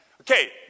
Okay